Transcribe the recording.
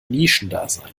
nischendasein